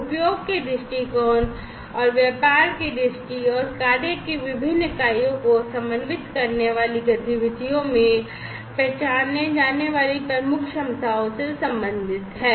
उपयोग के दृष्टिकोण व्यापार की दृष्टि और कार्य की विभिन्न इकाइयों को समन्वित करने वाली गतिविधियों में पहचाने जाने वाली प्रमुख क्षमताओं से संबंधित हैं